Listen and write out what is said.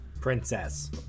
Princess